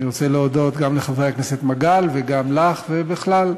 אני רוצה להודות גם לחבר הכנסת מגל וגם לך, ובכלל,